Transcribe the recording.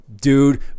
dude